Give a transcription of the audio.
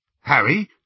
Harry